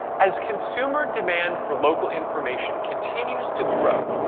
as consumer demand for local information continues to grow,